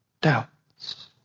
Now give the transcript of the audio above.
doubts